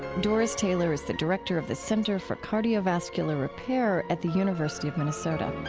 doris taylor is the director of the center for cardiovascular repair at the university of minnesota